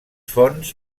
fonts